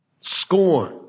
scorn